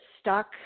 stuck